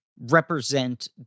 represent